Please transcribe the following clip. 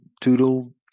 Toodle